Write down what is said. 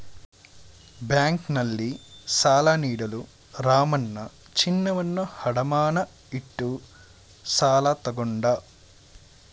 ಬ್ಯಾಂಕ್ನಲ್ಲಿ ಸಾಲ ನೀಡಲು ರಾಮಣ್ಣ ಚಿನ್ನವನ್ನು ಅಡಮಾನ ಇಟ್ಟು ಸಾಲ ತಗೊಂಡ